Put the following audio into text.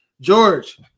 George